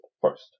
first